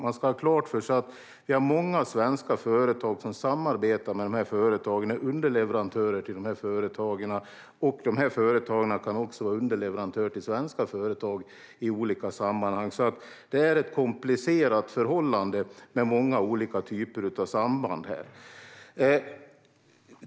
Man ska ha klart för sig att många svenska företag samarbetar med dessa företag och är underleverantörer till dem, och dessa företag kan också vara underleverantörer till svenska företag. Det är alltså ett komplicerat förhållande med många olika typer av samband.